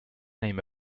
name